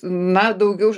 na daugiau